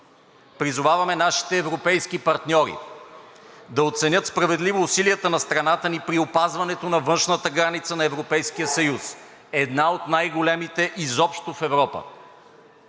призоваваме нашите европейски партньори да оценят справедливо усилията на страната ни при опазването на външната граница на Европейския съюз – една от най-големите изобщо в Европа,